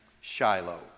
Shiloh